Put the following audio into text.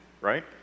right